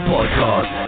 Podcast